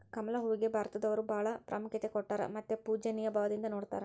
ಕಮಲ ಹೂವಿಗೆ ಭಾರತದವರು ಬಾಳ ಪ್ರಾಮುಖ್ಯತೆ ಕೊಟ್ಟಾರ ಮತ್ತ ಪೂಜ್ಯನಿಯ ಭಾವದಿಂದ ನೊಡತಾರ